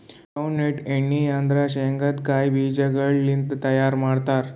ground nut ಎಣ್ಣಿ ಅಂದುರ್ ಶೇಂಗದ್ ಕಾಯಿ ಬೀಜಗೊಳ್ ಲಿಂತ್ ತೈಯಾರ್ ಮಾಡ್ತಾರ್